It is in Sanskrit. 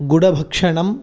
गुडभक्षणम्